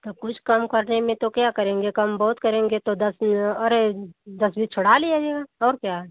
तब कुछ कम करने में तो क्या करेंगे कम बहुत करेंगे तो दस न अरे दस बीस छुड़ा ले जाइएगा और क्या